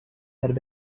had